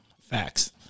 Facts